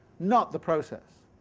not the process.